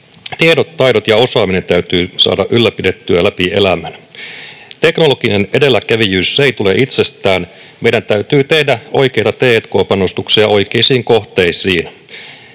Tiedot, taidot ja osaaminen täytyy saada ylläpidettyä läpi elämän. Teknologinen edelläkävijyys ei tule itsestään. Meidän täytyy tehdä oikeita t&k-panostuksia oikeisiin kohteisiin.